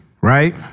right